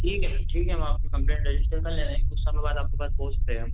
ठीक है फिर ठीक है हम आपकी कम्प्लेंट रजिस्टर कर ले रहे हैं कुछ समय बाद आपके पास पहुँच रहे हम